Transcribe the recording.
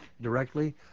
directly